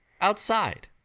outside